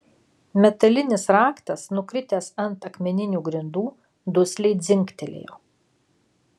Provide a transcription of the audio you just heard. metalinis raktas nukritęs ant akmeninių grindų dusliai dzingtelėjo